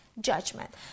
judgment